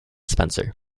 spencer